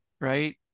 right